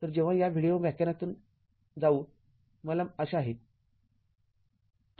तर जेव्हा या व्हिडिओ व्याख्यानातून जाऊ मला आशा आहे